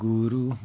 Guru